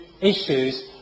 issues